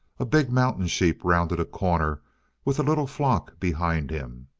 a big mountain sheep rounded a corner with a little flock behind him.